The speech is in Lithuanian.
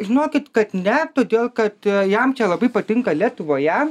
žinokit kad ne todėl kad jam čia labai patinka lietuvoje